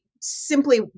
simply